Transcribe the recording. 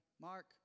Mark